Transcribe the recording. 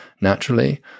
naturally